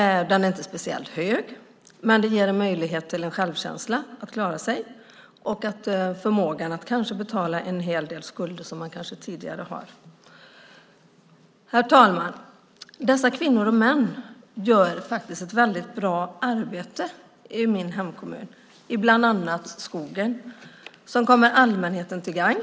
Den är inte speciellt hög, men den ger möjlighet till en självkänsla. Man kan klara sig och kanske få förmågan att betala en hel del skulder sedan tidigare. Herr talman! Dessa kvinnor och män gör ett bra arbete i min hemkommun, bland annat i skogen, som kommer allmänheten till gagn.